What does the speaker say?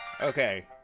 Okay